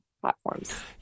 platforms